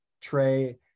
tray